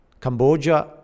Cambodia